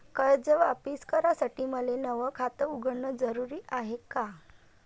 कर्ज वापिस करासाठी मले नव खात उघडन जरुरी हाय का?